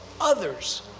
others